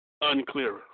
unclear